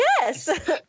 Yes